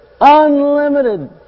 unlimited